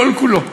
כל-כולו,